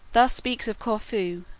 thus speaks of corfu,